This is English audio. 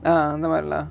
ah அந்தமாரி:anthamari lah